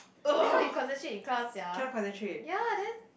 then how you concentrate in class sia ya then